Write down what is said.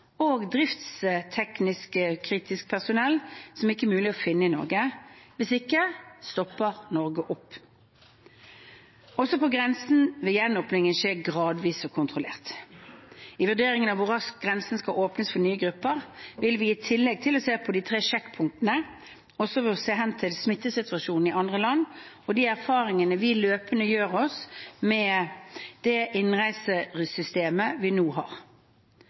og driftskritisk personell som ikke er mulig å finne i Norge. Hvis ikke stopper Norge opp. Også på grensen vil gjenåpningen skje gradvis og kontrollert. I vurderingen av hvor raskt grensen kan åpnes for nye grupper, vil vi, i tillegg til å se på de tre sjekkpunktene, også se hen til smittesituasjonen i andre land og til de erfaringene vi løpende gjør med det innreisesystemet vi nå har.